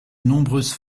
nombreuses